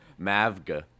Mavga